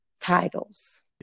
Titles